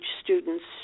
students